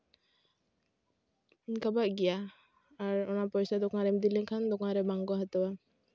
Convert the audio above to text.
ᱜᱟᱵᱟᱜ ᱜᱮᱭᱟ ᱟᱨ ᱯᱚᱭᱥᱟ ᱫᱚᱠᱟᱱ ᱨᱮᱢ ᱤᱫᱤ ᱞᱮᱠᱷᱟᱱ ᱫᱚᱠᱟᱱ ᱨᱮ ᱵᱟᱝᱠᱚ ᱦᱟᱛᱟᱣᱟ